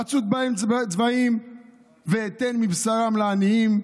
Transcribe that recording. אצוד בהם צבאים ואתן מבשרם לעניים,